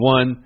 One